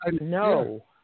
no